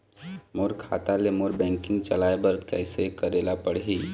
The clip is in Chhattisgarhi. मोर खाता ले मोर बैंकिंग चलाए बर कइसे करेला पढ़ही?